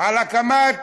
על הקמת